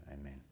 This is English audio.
Amen